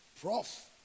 prof